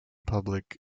public